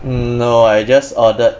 no I just ordered